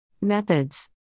Methods